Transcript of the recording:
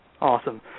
Awesome